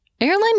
Airline